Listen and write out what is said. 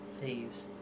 thieves